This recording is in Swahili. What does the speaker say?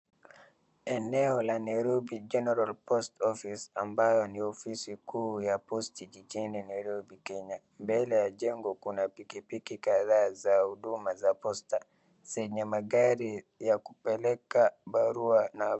Eneo la Nairobi General Post Office ambayo ni ofisi kuu ya posti jijini Nairobi Kenya mbele ya jengo kuna pikipiki kadhaa za huduma za posta zenye magari yakupeleka barua na..